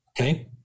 okay